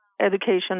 education